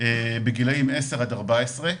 בגילאים 10 עד 14,